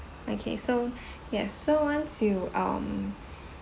okay so ya so once you um